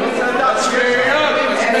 לא יודע.